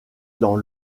dans